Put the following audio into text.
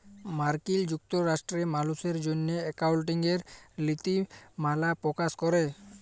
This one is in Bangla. মার্কিল যুক্তরাষ্ট্রে মালুসের জ্যনহে একাউল্টিংয়ের লিতিমালা পকাশ ক্যরে